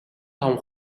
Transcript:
таван